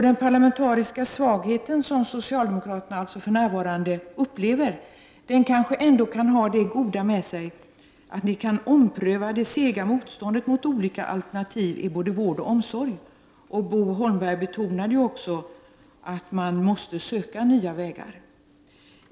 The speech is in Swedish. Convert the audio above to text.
Den parlamentariska svaghet som socialdemokraterna för närvarande upplever kanske ändå kan ha det goda med sig att det sega motståndet mot olika alternativ i både vård och omsorg kan omprövas. Bo Holmberg betonade också att man måste söka nya vägar.